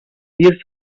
bir